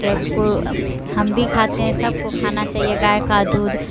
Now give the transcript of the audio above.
جب کو ہم بھی کھاتے ہیں سب کو کھانا چاہیے گائے کا دودھ